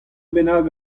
bennak